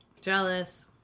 jealous